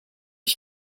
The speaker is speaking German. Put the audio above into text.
ich